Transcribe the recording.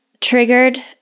triggered